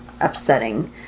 upsetting